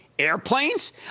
Airplanes